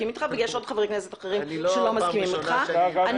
אתך ויש חברי כנסת אחרים שלא מסכימים אתך.